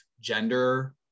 gender